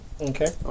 Okay